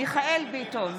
מיכאל מרדכי ביטון,